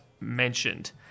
mentioned